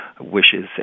wishes